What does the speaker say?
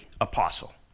apostle